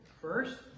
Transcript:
First